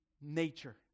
nature